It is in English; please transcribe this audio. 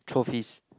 trophies